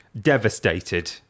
Devastated